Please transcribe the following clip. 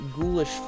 ghoulish